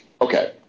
okay